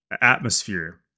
atmosphere